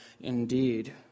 indeed